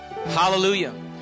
hallelujah